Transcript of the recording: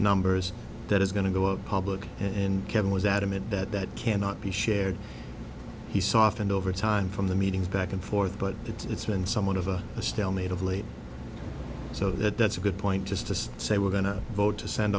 numbers that is going to go up public and kevin was adamant that that cannot be shared he softened over time from the meetings back and forth but it's been somewhat of a stalemate of late so that that's a good point just to say we're going to vote to send